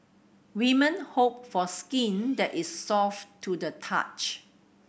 women hope for skin that is soft to the touch